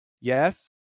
yes